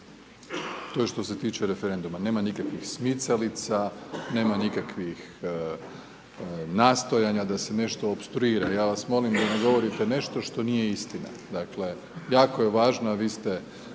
To je što se tiče referenduma, nema nikakvih smicalica, nema nikakvih nastojanja da se nešto opstruira, ja vas molim da ne govorite nešto što nije istina, dakle, jako je važno, a vi ste